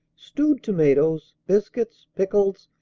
stewed tomatoes, biscuits, pickles,